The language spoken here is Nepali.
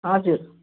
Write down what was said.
हजुर